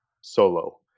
*Solo*